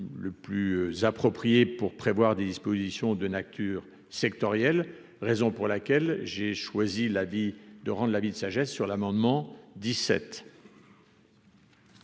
le plus approprié pour prévoir des dispositions de nature sectorielles, raison pour laquelle j'ai choisi la vie de rendent de la vie de sagesse sur l'amendement 17.